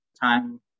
time